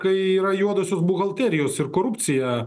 kai yra juodosios buhalterijos ir korupcija